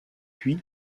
puis